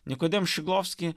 nikodem ščiglovski